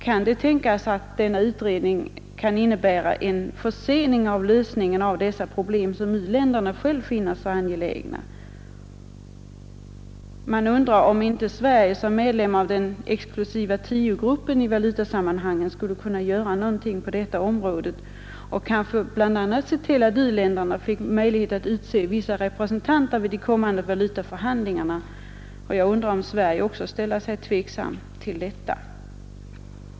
Kan det tänkas att utredningen innebär en försening av lösningen på dessa problem, som u-länderna själva finner så angelägna? Skulle inte Sverige som medlem av den exklusiva tiogruppen i valutasammanhang kunna göra någonting på detta område och kanske bl.a. se till att u-länderna fick möjlighet att utse vissa representanter vid kommande valutaförhandlingar, eller ställer sig också Sverige tveksamt till detta?